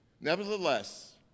Nevertheless